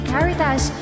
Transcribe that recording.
Caritas